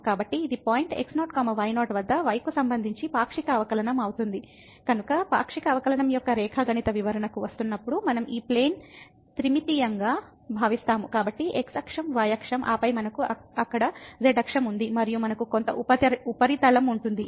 కాబట్టి x అక్షం y అక్షం ఆపై మనకు అక్కడ z అక్షం ఉంది మరియు మనకు కొంత ఉపరితలం ఉంటుంది ఇక్కడ function z f x y